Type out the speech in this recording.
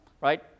right